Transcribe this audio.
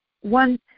one